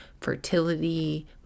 fertility